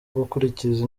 gukurikiza